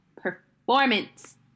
performance